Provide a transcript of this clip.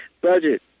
budget